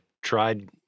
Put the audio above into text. tried